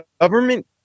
government